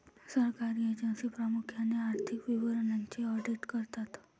सरकारी एजन्सी प्रामुख्याने आर्थिक विवरणांचे ऑडिट करतात